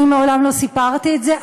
אני מעולם לא סיפרתי את זה.